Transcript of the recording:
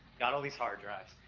got all these hard drives,